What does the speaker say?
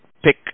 pick